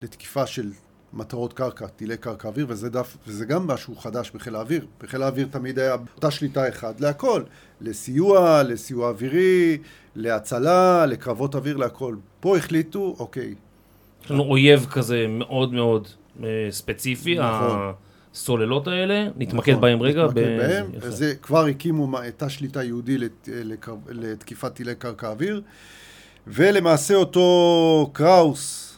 לתקיפה של מטרות קרקע, טילי קרקע אוויר, וזה גם משהו חדש בחיל האוויר. בחיל האוויר תמיד הייתה אותה שליטה אחד להכל, לסיוע, לסיוע אווירי, להצלה, לקרבות אוויר, להכל. פה החליטו, אוקיי. יש לנו אויב כזה מאוד מאוד ספציפי, נכון. הסוללות האלה, נתמקד בהם רגע. נתמקד בהם, וזה, כבר הקימו, הייתה שליטה יהודי לתקיפת תילי קרקע אוויר, ולמעשה אותו קראוס,